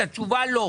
התשובה לא,